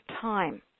time